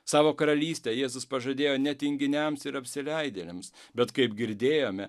savo karalystę jėzus pažadėjo ne tinginiams ir apsileidėliams bet kaip girdėjome